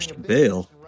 Bail